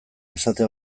esate